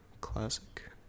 Classic